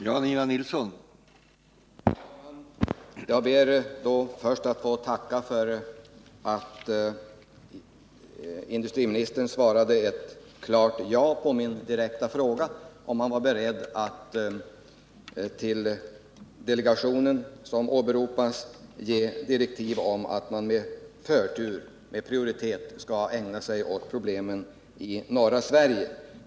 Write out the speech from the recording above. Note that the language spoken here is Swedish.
Herr talman! Jag ber att få tacka för att industriministern svarade ett klart ja på min direkta fråga om han var beredd att till den förhandlingsgrupp som åberopas ge direktiv om att den med prioritet skall ägna sig åt problemen i norra Sverige.